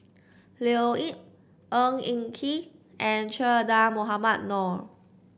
Leo Yip Ng Eng Kee and Che Dah Mohamed Noor